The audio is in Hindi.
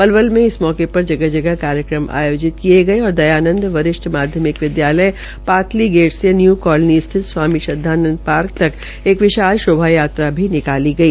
पलवल में इस मौके पर जगह जगह कार्यक्रम आयोजित किये गये और दयानंद वरिष्ठ माध्यमिक विद्यालय पातली गेट से न्यू कालोनी स्थित स्वामी श्रदानंद पार्क तक एक विशाल शोभा यात्रा भी निकाली गई